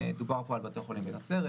דובר פה על בתי חולים בנצרת,